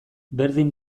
berdin